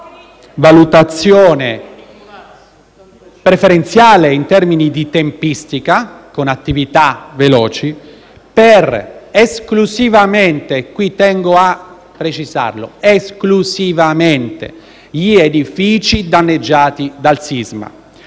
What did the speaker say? valutazione preferenziale in termini di tem- pistica, con attività veloci, esclusivamente - ci tengo a precisarlo - per gli edifici danneggiati dal sisma.